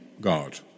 God